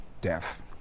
death